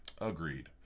Agreed